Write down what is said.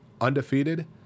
undefeated